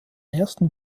ersten